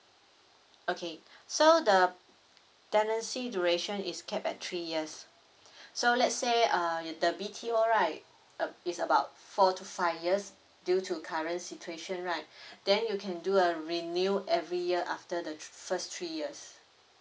okay so the tenancy duration is capped at three years so let's say uh you the B_T_O right uh is about four to five years due to current situation right then you can do a renew every year after the thre~ first three years